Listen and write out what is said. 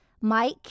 Mike